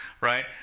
right